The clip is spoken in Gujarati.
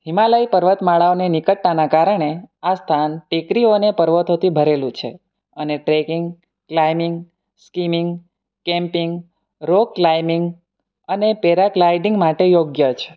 હિમાલય પર્વતમાળાઓની નિકટતાને કારણે આ સ્થાન ટેકરીઓ અને પર્વતોથી ભરેલું છે અને trekking climbing skimming camping rock climbing અને પેરાગ્લાઇડિંગ માટે યોગ્ય છે